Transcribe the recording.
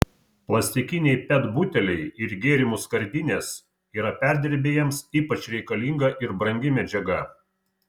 plastikiniai pet buteliai ir gėrimų skardinės yra perdirbėjams ypač reikalinga ir brangi medžiaga